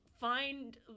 find